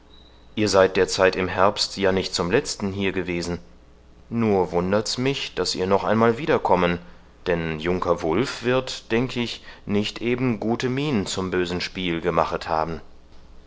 ihr seid derzeit im herbst ja nicht zum letzten hier gewesen nur wundert's mich daß ihr noch einmal wiederkommen denn junker wulf wird denk ich nicht eben gute mien zum bösen spiel gemachet haben